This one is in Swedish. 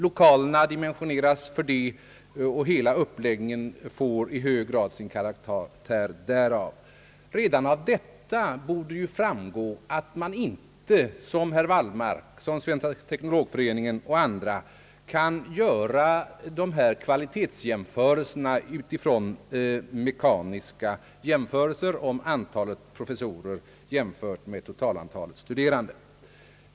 Lokalerna dimensioneras för detta och hela uppläggningen får i hög grad sin karaktär därav. Redan av detta borde framgå att man inte — som herr Wallmark, Svenska Teknologföreningen och andra — kan göra dessa kvalitetsjämförelser med utgångspunkt från mekaniska jämförelser om antalet professorer i förhållande till totalantalet studerande.